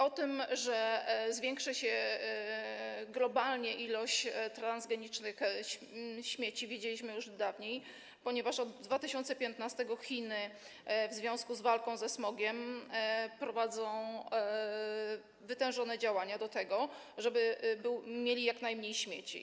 O tym, że zwiększy się globalnie ilość transgranicznych śmieci, wiedzieliśmy już dawniej, ponieważ od 2015 r. Chiny, w związku z walką ze smogiem, prowadzą wytężone działania, żeby mieć jak najmniej śmieci.